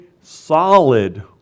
solid